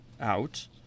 out